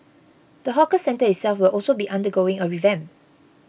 the hawker centre itself will also be undergoing a revamp